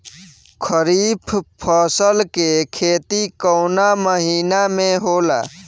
खरीफ फसल के खेती कवना महीना में होला?